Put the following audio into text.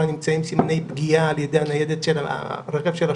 נמצאים סימני פגיעה על ידי הניידת של השוטרים,